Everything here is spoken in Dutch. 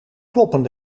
kloppen